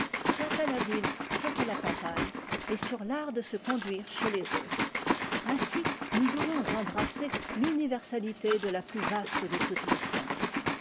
soit à la ville soit à la campagne et sur vart de se conduire chez les autres ainsi nous aurons embrassé l'universalité de la plus vaste de toutes les sciences